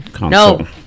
No